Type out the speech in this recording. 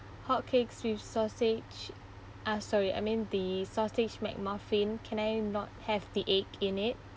hotcakes with sausage uh sorry I mean the sausage mac muffin can I not have the egg in it